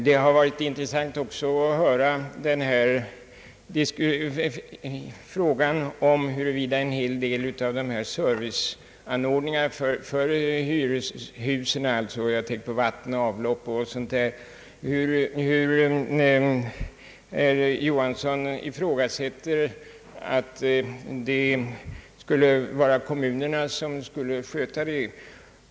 Det har också varit intressant att höra att herr Johansson ifrågasätter om inte kommunerna borde svara för kostnaderna för olika serviceanordningar för hyreshusen — vatten, avlopp och sådant.